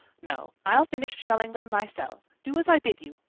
no, i'll finish shelling them myself. do as i bid you.